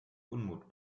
unmut